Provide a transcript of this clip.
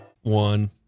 one